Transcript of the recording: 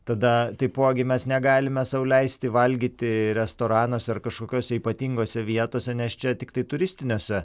tada taipogi mes negalime sau leisti valgyti restoranuose ar kažkokiose ypatingose vietose nes čia tiktai turistiniuose